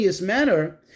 manner